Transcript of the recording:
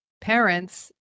parents